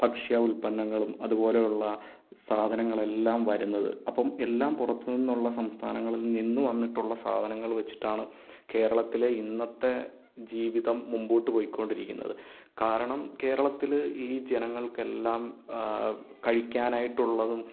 ഭക്ഷ്യ ഉൽപ്പന്നങ്ങളും അതുപോലെയുള്ള സാധനങ്ങൾ എല്ലാം വരുന്നത് അപ്പം എല്ലാം പുറത്തുനിന്നുള്ള സംസ്ഥാനങ്ങളിൽ നിന്നു വന്നിട്ടുള്ള സാധനങ്ങൾ വെച്ചിട്ടാണ് കേരളത്തിലെ ഇന്നത്തെ ജീവിതം മുൻപോട്ട് പോയിക്കൊണ്ടിരിക്കുന്നത് കാരണം കേരളത്തിൽ ഈ ജനങ്ങൾക്ക് എല്ലാം കഴിക്കാനായിട്ടുള്ളതും